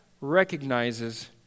recognizes